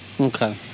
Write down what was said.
okay